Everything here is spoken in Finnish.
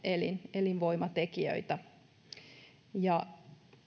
elinvoimatekijöitä